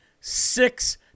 six